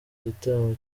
gitaramo